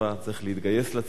צריך להתגייס לצבא,